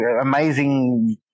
amazing –